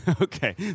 Okay